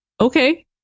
okay